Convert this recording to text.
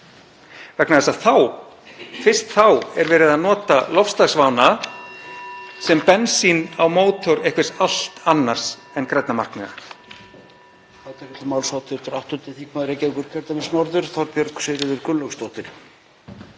vegna þess að fyrst þá er verið að nota loftslagsvána sem bensín á mótor einhvers allt annars en grænna markmiða.